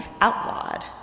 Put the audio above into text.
outlawed